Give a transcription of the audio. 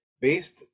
Based